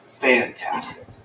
fantastic